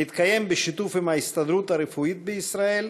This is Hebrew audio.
מתקיים בשיתוף עם ההסתדרות הרפואית בישראל